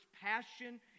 passion